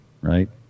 Right